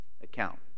account